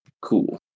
Cool